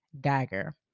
Dagger